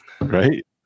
Right